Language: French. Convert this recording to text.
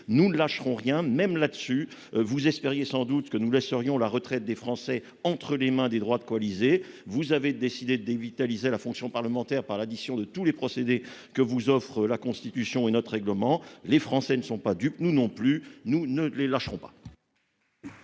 plus là-dessus que sur le reste. Vous espériez sans doute que nous laisserions la retraite des Français entre les mains des droites coalisées ; vous avez décidé de dévitaliser la fonction parlementaire par l'addition de tous les procédés que vous offrent la Constitution et notre règlement. Les Français ne sont pas dupes, nous non plus : nous ne les lâcherons pas